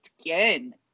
skin